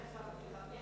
יש הבדל בין